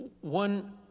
One